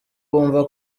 bumva